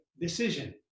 decision